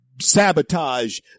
sabotage